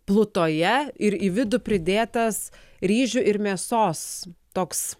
plutoje ir į vidų pridėtas ryžių ir mėsos toks